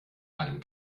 einem